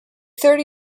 thirty